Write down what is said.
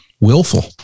willful